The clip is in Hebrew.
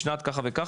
בשנת ככה וככה?